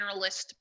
generalist